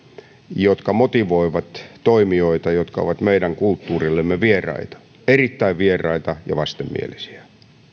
jotka motivoivat toimijoita jotka ovat meidän kulttuurillemme vieraita erittäin vieraita ja vastenmielisiä